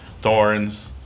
thorns